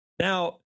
Now